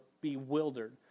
bewildered